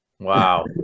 Wow